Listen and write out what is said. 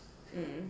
um